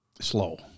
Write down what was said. Slow